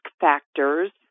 factors